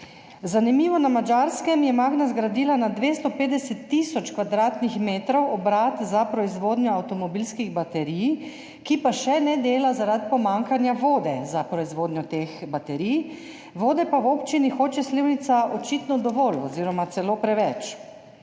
Zanimivo, na Madžarskem je Magna zgradila na 250 tisoč kvadratnih metrih obrat za proizvodnjo avtomobilskih baterij, ki pa še ne dela zaradi pomanjkanja vode za proizvodnjo teh baterij. Vode pa je v občini Hoče - Slivnica očitno dovolj oziroma celo preveč.